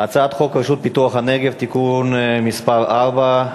הצעת חוק רשות פיתוח הנגב (תיקון מס' 4),